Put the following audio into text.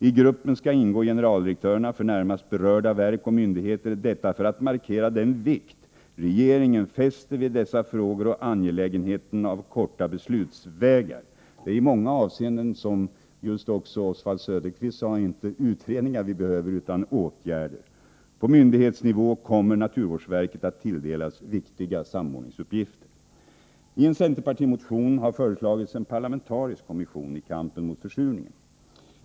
I gruppen skall ingå generaldirektörerna för närmast berörda verk och myndigheter, detta för att markera den vikt regeringen fäster vid dessa frågor och angelägenheten av korta beslutsvägar. Det är i många avseenden, som Oswald Söderqvist sade, inte utredningar vi behöver, utan åtgärder. På myndighetsnivå kommer naturvårdsverket att tilldelas viktiga samordningsuppgifter. I en centerpartimotion har föreslagits en parlamentarisk kommission i kampen mot försurningen.